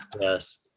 Yes